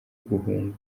guhunga